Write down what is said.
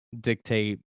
dictate